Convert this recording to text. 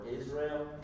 Israel